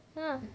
ha